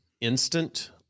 instant